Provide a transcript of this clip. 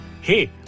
Hey